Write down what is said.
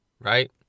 right